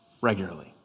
regularly